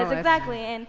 exactly. and